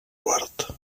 quart